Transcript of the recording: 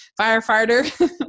firefighter